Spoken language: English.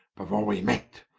before we met,